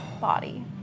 body